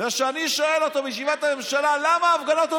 כשאני שואל בישיבת הממשלה: למה הפגנות?